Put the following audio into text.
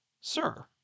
Sir